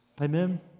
Amen